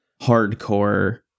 hardcore